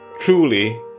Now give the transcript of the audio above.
Truly